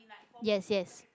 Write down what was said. yes yes